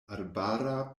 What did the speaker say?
arbara